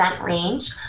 range